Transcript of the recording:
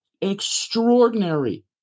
extraordinary